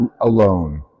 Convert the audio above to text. alone